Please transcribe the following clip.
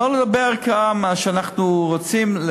לא נדבר כאן על מה שאנחנו רוצים,